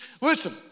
Listen